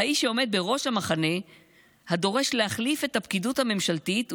האיש שעומד בראש המחנה הדורש להחליף את הפקידות הממשלתית,